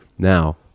Now